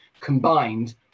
combined